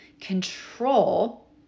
control